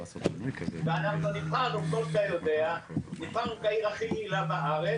ואנחנו נבחרנו כעיר הכי פעילה בארץ,